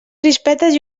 crispetes